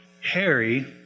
Harry